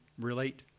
relate